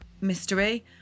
mystery